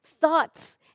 thoughts